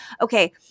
okay